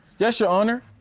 yes, your honor.